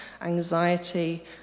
anxiety